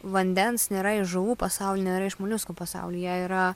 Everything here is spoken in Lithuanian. vandens nėra iš žuvų pasaulio nėra iš moliuskų pasaulio jie yra